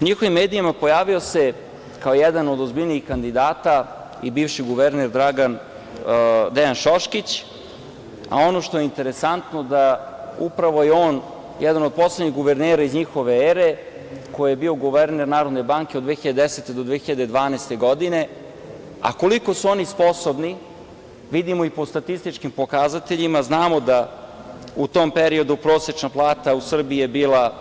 U njihovim medijima pojavio se, kao jedan od ozbiljnijih kandidata, bivši guverner Dejan Šoškić, a ono što je interesantno da upravo je on jedan od poslednjih guvernera iz njihove ere koji je bio guverner Narodne banke od 2010. do 2012. godine, a koliko su oni sposobni vidimo i po statističkim pokazateljima, znamo da u tom periodu prosečna plata u Srbiji je bila